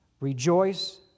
Rejoice